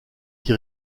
qui